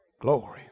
Glory